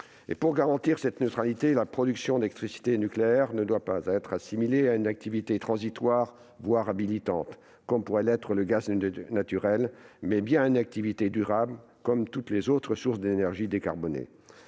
Pour garantir cette neutralité, la production d'électricité nucléaire doit être assimilée non pas à une activité transitoire, voire habilitante, comme pourrait l'être le gaz naturel, mais bien à une activité durable, comme toutes les autres sources d'énergie décarbonée.